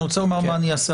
אני רוצה לומר מה אני אעשה,